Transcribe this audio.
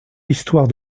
l’histoire